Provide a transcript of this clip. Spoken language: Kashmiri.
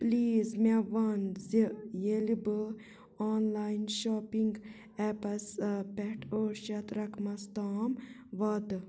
پُلیٖز مےٚ وَن زِ ییٚلہِ بہٕ آن لایِن شاپِنٛگ ایپَس پٮ۪ٹھ ٲٹھ شَتھ رقمَس تام واتہٕ